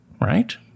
right